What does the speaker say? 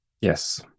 Yes